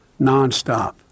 nonstop